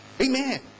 Amen